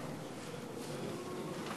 2218,